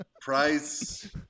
Price